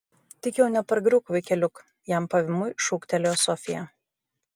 tik jau nepargriūk vaikeliuk jam pavymui šūktelėjo sofija